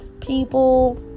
people